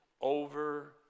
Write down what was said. over